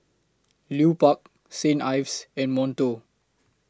Lupark St Ives and Monto